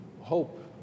hope